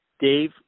Dave